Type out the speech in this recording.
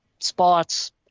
Spots